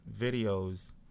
Videos